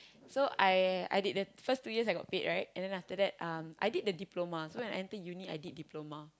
so I I did the first two years I got paid right and then after that um I did a diploma so when I entered Uni I did diploma